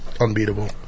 unbeatable